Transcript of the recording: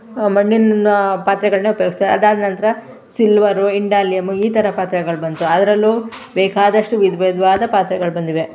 ಮಣ್ಣಿನ ಪಾತ್ರೆಗಳನ್ನೆ ಉಪಯೋಗಿಸ್ತ ಅದಾದ ನಂತರ ಸಿಲ್ವರು ಇಂಡಾಲಿಯಮ್ ಈ ಥರ ಪಾತ್ರೆಗಳು ಬಂತು ಅದರಲ್ಲೂ ಬೇಕಾದಷ್ಟು ವಿಧ ವಿಧವಾದ ಪಾತ್ರೆಗಳು ಬಂದಿವೆ